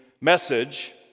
message